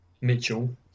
Mitchell